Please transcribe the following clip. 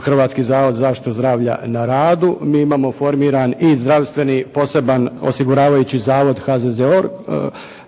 Hrvatski zavod za zaštitu zdravlja na radu. Mi imao formiran i zdravstveni poseban osiguravajući zavod HZZO